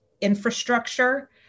infrastructure